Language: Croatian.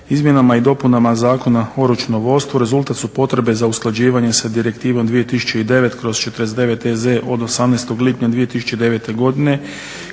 Izmjenama i dopunama Zakona o računovodstvu, rezultat su potrebe za usklađivanje sa direktivnom 2009/49 EZ od 18. lipnja 2009. godine